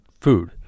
food